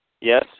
Yes